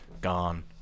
gone